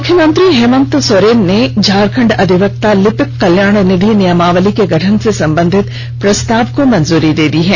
मुख्यमंत्री हेमंत सोरेन ने झारखंड अधिवक्ता लिपिक कल्याण निधि नियमावली के गठन से संबंधित प्रस्ताव को मंजूरी दे दी है